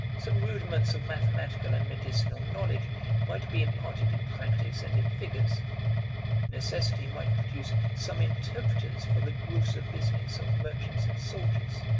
some rudiments of mathematical and medicinal knowledge might be imparted in practice and in figures necessity might produce some interpreters for the grosser business of merchants and soldiers